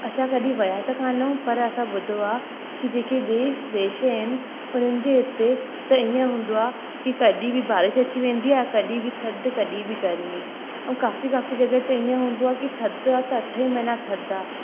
असां कॾहिं विया त कान आहियूं पर असां ॿुधो आहे की जेके ॿिए देश आहिनि उन्हनि जे हुते त हीअं हूंदो आहे की कॾहिं बि बारिश अची वेंदी आहे कॾहि बि थधि कॾहिं बि गर्मी ऐं काफ़ी काफ़ी जॻहि ते ईअं हूंदो आहे की थधि आहे त अठ ई महिना थधि आहे